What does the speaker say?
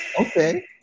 okay